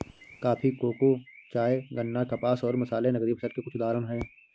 coffee, cocoa, चाय, गन्ना, कपास और मसाले नकदी फसल के कुछ उदाहरण हैं